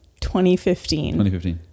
2015